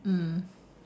mm